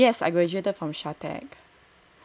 yes I graduated from Shatec